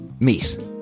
meet